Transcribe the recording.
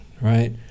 right